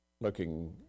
looking